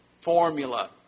formula